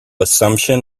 assumption